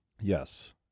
yes